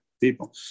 people